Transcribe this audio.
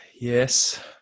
Yes